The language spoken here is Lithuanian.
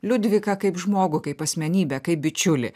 liudviką kaip žmogų kaip asmenybę kaip bičiulį